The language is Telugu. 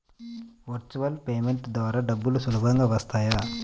వర్చువల్ పేమెంట్ ద్వారా డబ్బులు సులభంగా వస్తాయా?